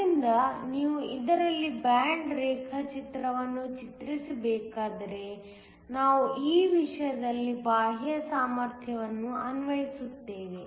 ಆದ್ದರಿಂದ ನೀವು ಇದರಲ್ಲಿ ಬ್ಯಾಂಡ್ ರೇಖಾಚಿತ್ರವನ್ನು ಚಿತ್ರಿಸಬೇಕಾದರೆ ನಾವು ಈ ವಿಷಯದಲ್ಲಿ ಬಾಹ್ಯ ಸಾಮರ್ಥ್ಯವನ್ನು ಅನ್ವಯಿಸುತ್ತೇವೆ